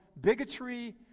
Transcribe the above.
bigotry